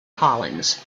collins